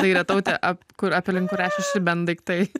tai yra tautė ap kur aplink kurią šeši bent daiktai